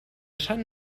sant